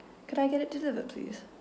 could I get it delivered please